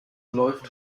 läuft